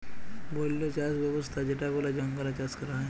বল্য চাস ব্যবস্থা যেটা বলে জঙ্গলে চাষ ক্যরা হ্যয়